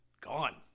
Gone